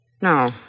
No